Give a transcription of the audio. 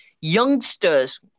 youngsters